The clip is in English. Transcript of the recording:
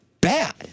bad